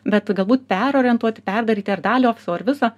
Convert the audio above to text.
bet galbūt perorientuoti perdaryti ar dalį ofiso ar visą